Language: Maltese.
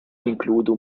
jinkludu